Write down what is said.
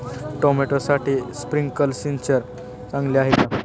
टोमॅटोसाठी स्प्रिंकलर सिंचन चांगले आहे का?